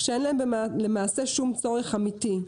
כשאין להם למעשה שום צורך אמיתי.